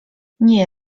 nie